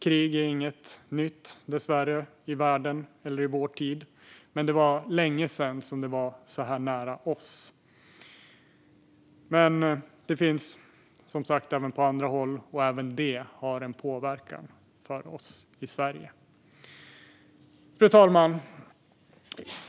Krig är dessvärre inget nytt i världen eller i vår tid, men det var länge sedan det var så här nära oss. Krig finns dock som sagt också på andra håll, och även de krigen har påverkan på oss i Sverige. Fru talman!